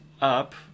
up